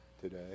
today